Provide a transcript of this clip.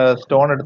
stone